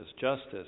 Justice